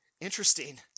interesting